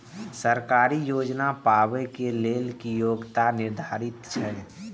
सरकारी योजना पाबे के लेल कि योग्यता निर्धारित छै?